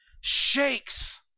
shakes